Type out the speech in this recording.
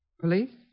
Police